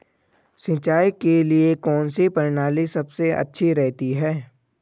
सिंचाई के लिए कौनसी प्रणाली सबसे अच्छी रहती है?